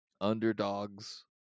underdogs